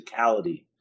physicality